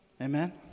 Amen